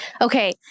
Okay